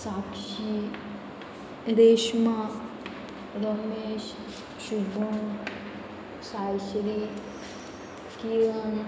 Sakshi Reshma Ramesh Shubh Saishree Kiran